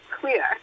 clear